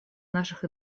наших